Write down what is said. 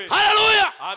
Hallelujah